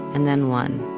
and then one,